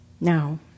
Now